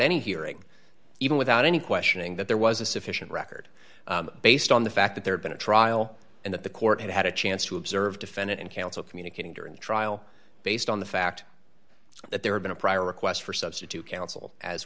any hearing even without any questioning that there was a sufficient record based on the fact that there had been a trial and that the court had had a chance to observe defendant and counsel communicating during the trial based on the fact that there had been a prior request for substitute counsel as